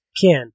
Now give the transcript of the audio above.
Ken